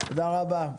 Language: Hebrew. תודה רבה.